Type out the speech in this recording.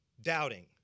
doubting